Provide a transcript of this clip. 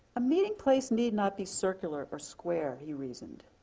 a meeting place need not be circular or square he reasoned,